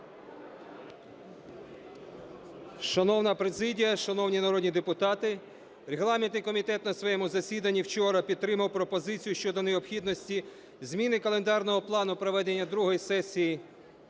Шановна президія, шановні народні депутати, регламентний комітет вчора на своєму засіданні підтримав пропозицію щодо необхідності зміни календарного плану проведення другої сесії